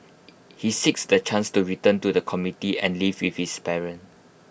he seeks the chance to return to the community and live with his parents